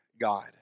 God